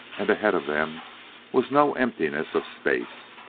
and ahead of them was no emptiness of space.